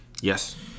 Yes